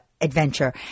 adventure